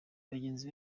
bagenzi